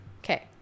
okay